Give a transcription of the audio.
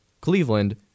Cleveland